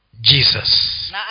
Jesus